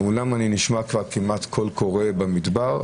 ואומנם אני נשמע כמעט קול קורא במדבר,